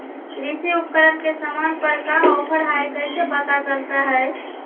कृषि उपकरण के सामान पर का ऑफर हाय कैसे पता चलता हय?